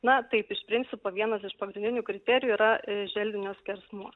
na taip iš principo vienas iš pagrindinių kriterijų yra želdinio skersmuo